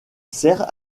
sert